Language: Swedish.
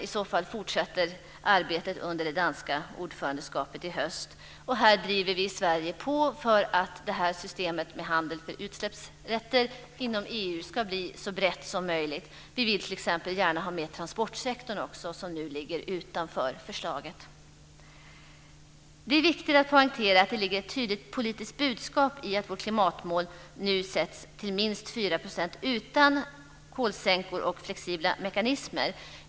I så fall fortsätter arbetet under det danska ordförandeskapet i höst. Här driver vi i Sverige på för att systemet med handeln med utsläppsrätter inom EU ska bli så brett som möjligt. Vi vill t.ex. gärna ha med transportsektorn också som nu ligger utanför förslaget. Det är viktigt att poängtera att det ligger ett tydligt politiskt budskap i att vårt klimatmål nu sätts till minst 4 % utan kolsänkor och flexibla mekanismer.